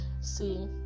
See